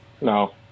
No